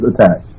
attached